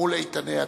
מול איתני הטבע.